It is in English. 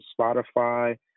Spotify